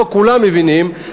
לא כולם מבינים,